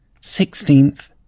Sixteenth